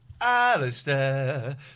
Alistair